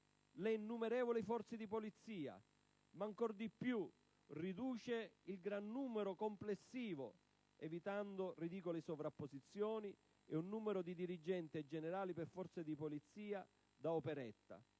le innumerevoli forze di polizia, ma ancor di più ne riduce il gran numero complessivo, evitando ridicole sovrapposizioni e un numero di dirigenti e generali per forze di polizia da operetta.